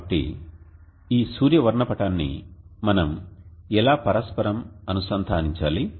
కాబట్టి ఈ సూర్య వర్ణపటాన్ని మనం ఎలా పరస్పరం అనుసంధానించాలి